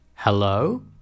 Hello